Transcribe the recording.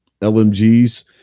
LMGs